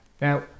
now